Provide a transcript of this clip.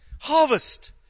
harvest